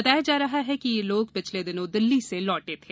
बताया जा रहा है कि ये लोग पिछले दिनों दिल्ली से लौटे थे